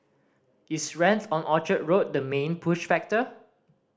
is rent on Orchard Road the main push factor